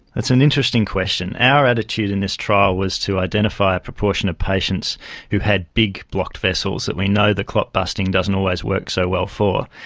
that's an interesting question. our attitude in this trial was to identify a proportion of patients who had big blocked vessels that we know the clot busting doesn't always work so well for.